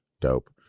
dope